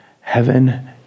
heaven